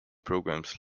programs